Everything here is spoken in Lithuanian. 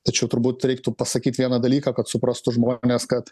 tačiau turbūt reiktų pasakyt vieną dalyką kad suprastų žmonės kad